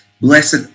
blessed